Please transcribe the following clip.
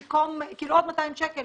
כלומר עוד 200 שקלים